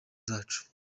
zacu